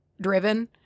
driven